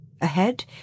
Ahead